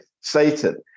Satan